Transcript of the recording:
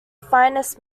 finest